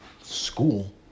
school